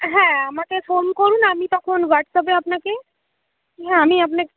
হ্যাঁ আমাকে ফোন করুন আমি তখন হোয়াটসঅ্যাপে আপনাকে হ্যাঁ আমি আপনাকে